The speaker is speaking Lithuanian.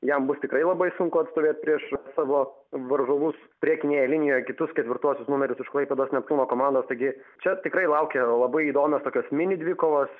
jam bus tikrai labai sunku atstovėt prieš savo varžovus priekinėje linijoje kitus ketvirtuosius numerius iš klaipėdos neptūno komandos taigi čia tikrai laukia labai įdomios tokios mini dvikovos